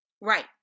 Right